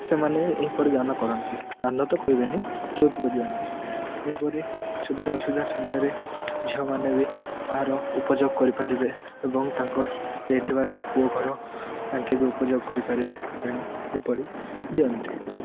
ସେମାନେ ଏହିପରି ଦାନ କରନ୍ତି ଦାନ ତ କହିବେନି ଯୌତୁକ ଦିଅନ୍ତି ଏହିପରି ସୁବିଧା ଅସୁବିଧା ସମୟରେ ଝିଅମାନେ ବି ଆର ଉପଯୋଗ କରିପାରିବେ ଏବଂ ତାଙ୍କ ଦେଇଥିବା ସେ ପୁଅ ଘର ତାଙ୍କେ ବି ଉପଯୋଗ କରିପାରିବେ ତେଣୁ ଏପରି ଦିଅନ୍ତି